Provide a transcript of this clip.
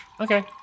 Okay